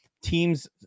teams